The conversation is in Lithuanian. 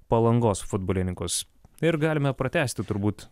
palangos futbolininkus ir galime pratęsti turbūt